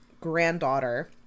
granddaughter